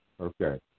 Okay